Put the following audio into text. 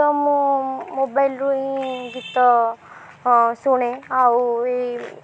ତ ମୁଁ ମୋବାଇଲ୍ରୁ ହିଁ ଗୀତ ଶୁଣେ ଆଉ ଏଇ